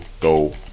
Go